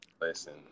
listen